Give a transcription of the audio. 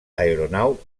aeronau